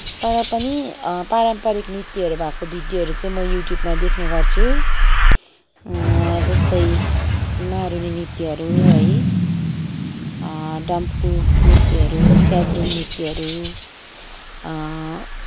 तर पनि पारम्परिक नृत्यहरू भएको भिडियोहरू चाहिँ म युट्युबमा देख्नेगर्छु जस्तै मारुनी नृत्यहरू है डम्फू नृत्यहरू च्याब्रुङ नृत्यहरू